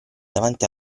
davanti